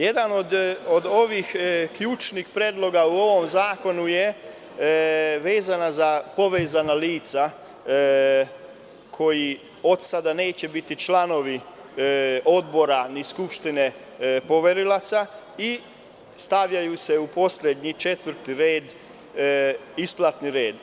Jedan od ključnih predloga u ovom zakonu je vezana za povezana lica, koja od sada neće biti članovi Odbora ni Skupštine poverilaca i stavljaju se u poslednji četvrti red, isplatni red.